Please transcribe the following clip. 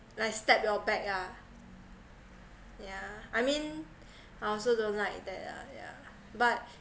like stab your back ah yeah I mean I also don't like that lah yeah but